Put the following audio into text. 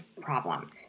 problem